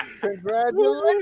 Congratulations